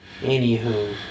Anywho